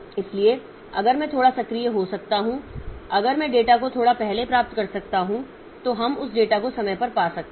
इसलिए अगर मैं थोड़ा सक्रिय हो सकता हूं अगर मैं डेटा को थोड़ा पहले प्राप्त कर सकता हूं तो हम उस डेटा को समय पर पा सकते हैं